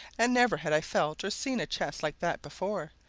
and never had i felt or seen a chest like that before,